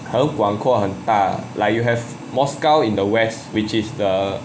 很广阔很大来 you have moscow in the west which is the